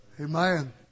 Amen